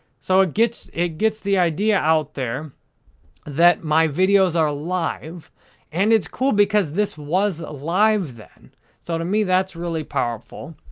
so, it gets it gets the idea out there that my videos are live and it's cool because this was live then so, to me, that's really powerful.